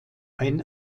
ein